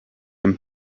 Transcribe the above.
and